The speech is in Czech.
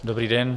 Dobrý den.